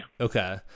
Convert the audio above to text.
Okay